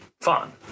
fun